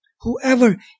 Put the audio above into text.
whoever